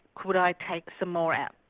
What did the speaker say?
could i take some more out?